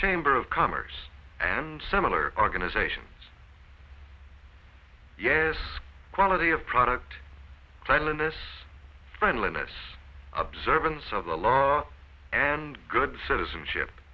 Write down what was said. chamber of commerce and similar organizations quality of product cleanliness friendliness observance of and good citizenship